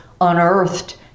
unearthed